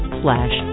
slash